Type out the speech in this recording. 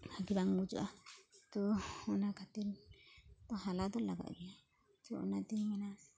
ᱵᱷᱟᱜᱮ ᱵᱟᱝ ᱵᱩᱡᱟᱹᱜᱼᱟ ᱛᱚ ᱚᱱᱟ ᱠᱷᱟᱹᱛᱤᱨ ᱦᱟᱞᱟ ᱫᱚ ᱞᱟᱜᱟᱜ ᱜᱮᱭᱟ ᱛᱚ ᱚᱱᱟ ᱛᱮᱧ ᱢᱮᱱᱟ